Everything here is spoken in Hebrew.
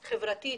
חברתית,